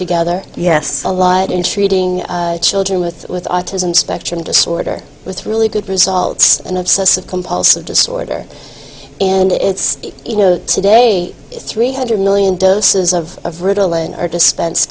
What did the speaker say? together yes a lot in treating children with autism spectrum disorder with really good results and obsessive compulsive disorder and it's you know today three hundred million doses of ritalin are dispense